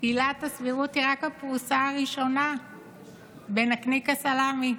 עילת הסבירות היא רק הפרוסה הראשונה בנקניק הסלמי.